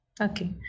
Okay